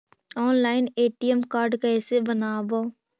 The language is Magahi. ऑनलाइन ए.टी.एम कार्ड कैसे बनाबौ?